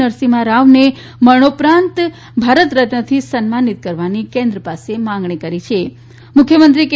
નરસીમ્ફારાવન મરણોપરાંત ભારતરત્નથી સન્માનિત કરવાની કેન્દ્ર પાસ માંગણી કરી છ મુખ્યમંત્રી કે